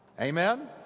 Amen